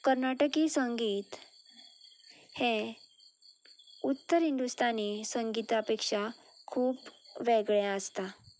कर्नाटकी संगीत हे उत्तर हिंदुस्तानी संगीतापेक्षा खूब वेगळें आसता